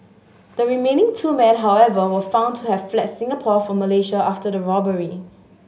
the remaining two men however were found to have fled Singapore for Malaysia after the robbery